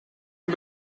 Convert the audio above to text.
een